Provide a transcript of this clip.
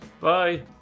bye